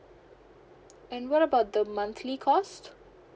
and what about the monthly cost